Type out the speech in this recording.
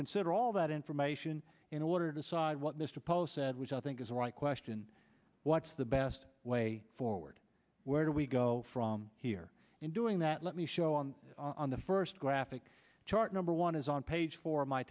consider all that information in order to side what mr post said which i think is the right question what's the best way forward where do we go from here in doing that let me show on on the first graphic chart number one is on page four my